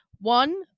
One